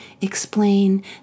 explain